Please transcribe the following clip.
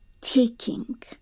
taking